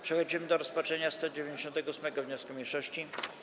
Przechodzimy do rozpatrzenia 198. wniosku mniejszości.